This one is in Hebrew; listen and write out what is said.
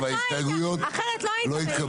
ההסתייגויות לא התקבלו.